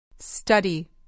Study